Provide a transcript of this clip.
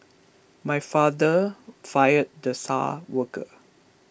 my father fired the star worker